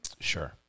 Sure